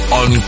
on